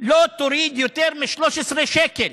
לא תוריד יותר מ-13 שקל